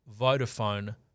Vodafone